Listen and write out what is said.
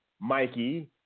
Mikey